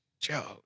Joe